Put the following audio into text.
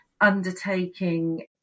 undertaking